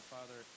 Father